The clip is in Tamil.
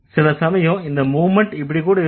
சில சமயம் இந்த மூவ்மெண்ட் இப்படிகூட இருக்கும்